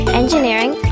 engineering